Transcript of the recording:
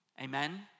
Amen